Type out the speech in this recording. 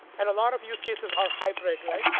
and a lot of use cases are hybrid, right?